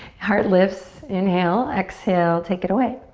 heart lifts, inhale. exhale, take it away.